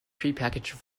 prepackaged